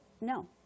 no